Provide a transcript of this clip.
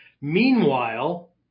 Meanwhile